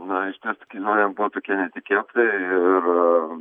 na žinot kelionė buvo tokia netikėta ir